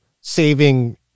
saving